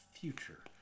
future